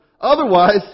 Otherwise